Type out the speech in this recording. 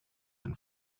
than